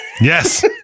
yes